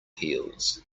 heels